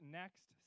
next